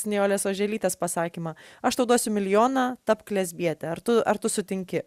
nijolės oželytės pasakymą aš tau duosiu milijoną tapk lesbiete ar tu ar tu sutinki